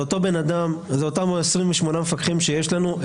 זה אותם 28 מפקחים שיש לנו,